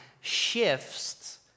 shifts